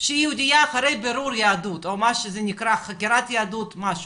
שהיא יהודייה אחרי בירור יהדות או מה שזה נקרא חקירת יהדות משהו,